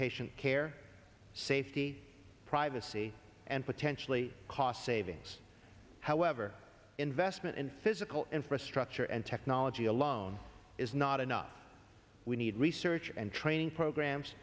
patient care safety privacy and potentially cost savings however investment in physical infrastructure and technology alone is not enough we need research and training programs